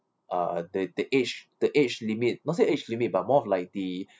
uh the the age the age limit not say age limit but more of like the